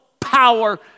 Power